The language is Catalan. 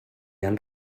han